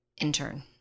intern